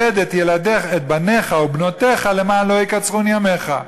כבד את בניך ובנותיך למען לא יקצרון ימיך.